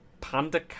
Panda